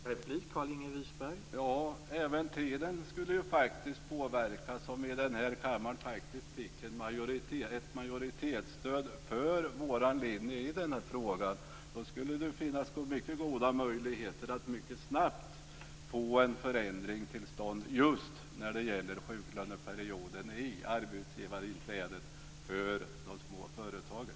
Herr talman! Ja, även tiden skulle påverkas om vi i kammaren fick ett majoritetsstöd för vår linje i den här frågan. Då skulle det finnas mycket goda möjligheter att mycket snabbt få en förändring till stånd just när det gäller sjuklöneperioden i arbetsgivarinträdet för de små företagen.